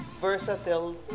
versatile